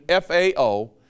FAO